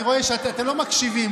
אני רואה שאתם לא מקשיבים.